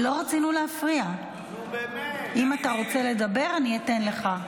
אם אתה רוצה לדבר, אני אתן לך.